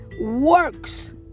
works